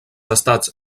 estats